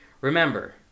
remember